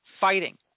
fighting